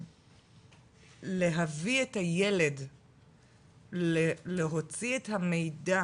להביא את הילד להוציא את המידע